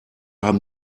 haben